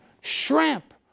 shrimp